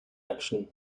action